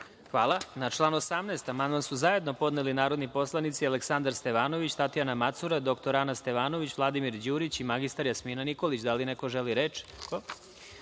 Hvala. Na član 19. amandman su zajedno podneli narodni poslanici Aleksandar Stevanović, Tatjana Macura, dr Ana Stevanović, Vladimir Đurić i mr Jasmina Nikolić. Da li neko želi reč?